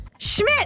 Schmidt